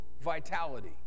vitality